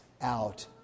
out